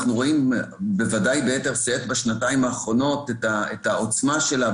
אנחנו רואים בוודאי ביתר שאת בשנתיים האחרונות את העוצמה שלה,